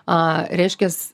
a reiškias